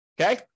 Okay